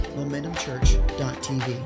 momentumchurch.tv